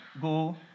go